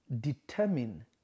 determine